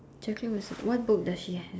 checking myself what book does he have